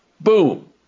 Boom